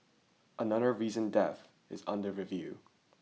another recent death is under review